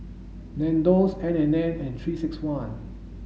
Nandos N and N and three six one